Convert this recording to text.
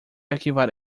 arquivar